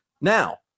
Now